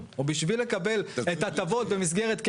במשבר אתם תתערבו.